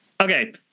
okay